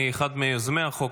מאחר שאני אחד מיוזמי החוק,